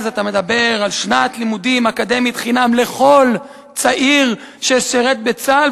אז אתה מדבר על שנת לימודים אקדמית חינם לכל צעיר ששירת בצה"ל,